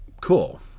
cool